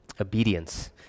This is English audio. Obedience